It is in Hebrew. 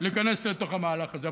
להיכנס לתוך המהלך הזה.